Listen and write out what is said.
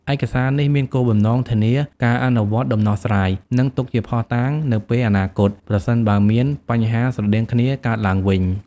ឯកសារនេះមានគោលបំណងធានាការអនុវត្តដំណោះស្រាយ និងទុកជាភស្តុតាងនៅពេលអនាគត ប្រសិនបើមានបញ្ហាស្រដៀងគ្នាកើតឡើងវិញ។